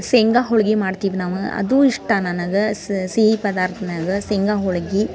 ಶೇಂಗ ಹೋಳ್ಗೆ ಮಾಡ್ತೀವಿ ನಾವು ಅದು ಇಷ್ಟ ನನಗೆ ಸಿಹಿ ಪದಾರ್ಥನ್ಯಾಗ ಶೇಂಗ ಹೋಳ್ಗೆ